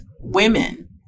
women